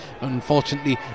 unfortunately